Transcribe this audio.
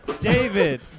David